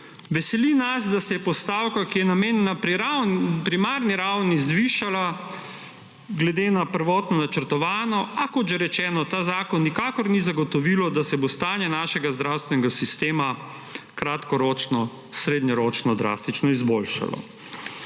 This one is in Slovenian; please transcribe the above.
Veseli nas, da se je postavka, ki je namenjena primarni ravni, zvišala glede na prvotno načrtovano, a kot že rečeno, ta zakon nikakor ni zagotovilo, da se bo stanje našega zdravstvenega sistema kratkoročno, srednjeročno drastično izboljšalo.